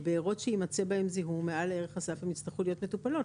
בבארות שיימצא בהן זיהום מעל ערך הסף הן יצטרכו להיות מטופלות.